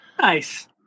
Nice